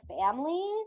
family